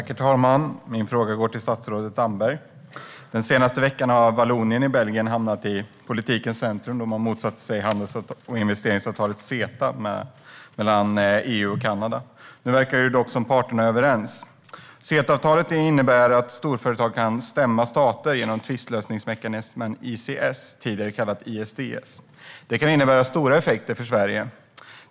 Herr talman! Min fråga går till statsrådet Damberg. Den senaste veckan har Vallonien i Belgien hamnat i politikens centrum. De har motsatt sig handels och investeringsavtalet CETA mellan EU och Kanada. Nu verkar det dock som om parterna är överens. CETA-avtalet innebär att storföretag kan stämma stater med hjälp av tvistlösningsmekanismen ICS, tidigare kallat ISDS. Det kan innebära stora effekter för Sverige.